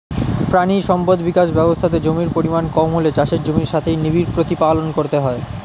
প্রাণী সম্পদ বিকাশ ব্যবস্থাতে জমির পরিমাণ কম হলে চাষের জমির সাথেই নিবিড় প্রতিপালন করতে হয়